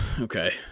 Okay